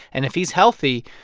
and if he's healthy,